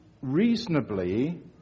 reasonably